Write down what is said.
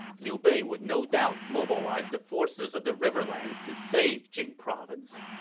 liu bei would no doubt mobilize the forces of the riverlands to save jing province.